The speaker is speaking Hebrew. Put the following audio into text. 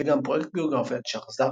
וגם פרויקט ביוגרפי על צ'ארלס דרווין.